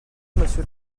monsieur